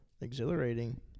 Exhilarating